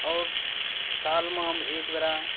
आओर सालमे हम एकबेर